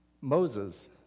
Moses